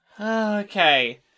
Okay